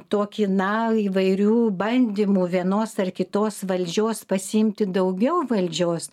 tokį na įvairių bandymų vienos ar kitos valdžios pasiimti daugiau valdžios